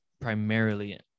primarily